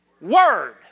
word